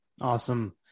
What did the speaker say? Awesome